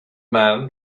man